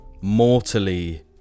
mortally